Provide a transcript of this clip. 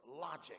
logic